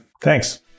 Thanks